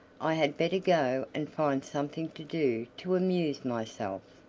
i had better go and find something to do to amuse myself.